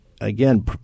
again